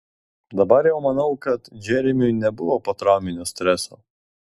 dabar jau manau kad džeremiui nebuvo potrauminio streso